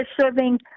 serving